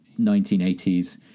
1980s